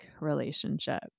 relationship